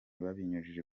babinyujije